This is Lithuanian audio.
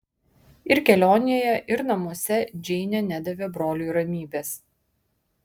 ir kelionėje ir namuose džeinė nedavė broliui ramybės